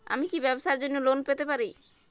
আমি কি ব্যবসার জন্য লোন পেতে পারি?